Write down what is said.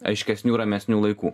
aiškesnių ramesnių laikų